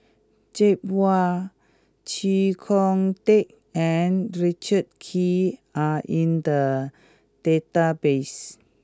Joi Chua Chee Kong Tet and Richard Kee are in the database